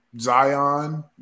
Zion